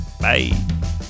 Bye